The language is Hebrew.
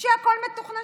בכל בעדות, שלא תהיה טעות,